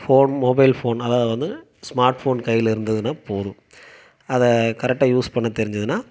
phone mobile phone அதாவது வந்து smartphone கையில் இருந்ததுனா போதும் அதை கரெக்டாக யூஸ் பண்ண தெரிஞ்சுதுனா